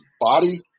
body